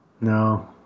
No